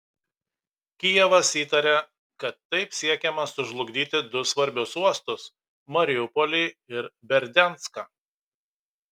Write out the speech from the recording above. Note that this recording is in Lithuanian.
kijevas įtaria kad taip siekiama sužlugdyti du svarbius uostus mariupolį ir berdianską